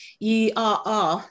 ERR